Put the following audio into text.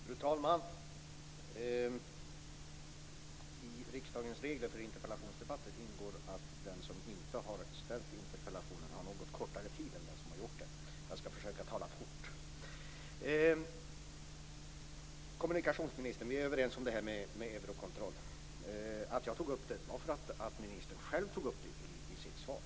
Fru talman! I riksdagens regler för interpellationsdebatter ingår att den som inte har ställt interpellationen har något kortare tid till förfogande än den som har gjort det. Jag skall därför försöka tala fort. Kommunikationsministern och jag är överens om detta med Eurocontrol. Anledningen till att jag tog upp det var att ministern själv i sitt svar tog upp det.